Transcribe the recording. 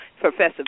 Professor